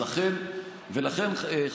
ולכן,